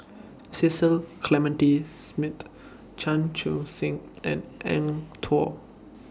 Cecil Clementi Smith Chan Chun Sing and Eng Tow